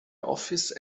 office